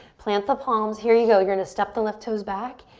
plant the palms, here you go, you're gonna step the left toes back,